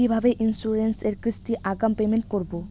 কিভাবে ইন্সুরেন্স এর কিস্তি আগাম পেমেন্ট করবো?